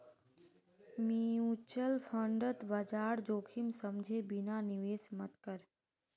mutual फंडत बाजार जोखिम समझे बिना निवेश मत कर